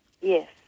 Yes